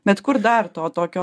bet kur dar to tokio